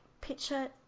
picture